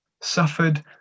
suffered